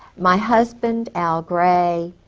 my husband, al gray,